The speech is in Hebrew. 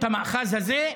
את המאחז הזה,